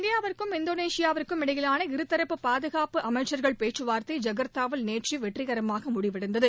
இந்தியாவுக்கும் இந்தோனேஷியாவுக்கும் இடையிலாள இருதரப்பு பாதுகாப்பு அமைச்சர்கள் பேச்சுவார்த்தை ஐகர்தாவில் நேற்று வெற்றிகரமாக முடிவடைந்தது